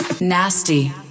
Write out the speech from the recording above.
nasty